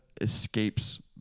escapes